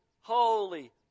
holy